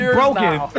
broken